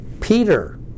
Peter